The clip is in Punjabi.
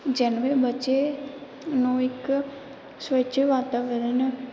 ਜਨਮੇ ਬੱਚੇ ਨੂੰ ਇੱਕ ਸਵੱਛ ਵਾਤਾਵਰਨ